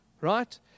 right